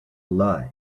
lie